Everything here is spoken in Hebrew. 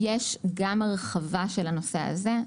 יש גם הרחבה של הנושא הזה.